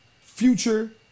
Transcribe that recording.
Future